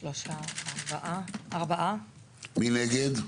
מי נגד?